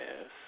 Yes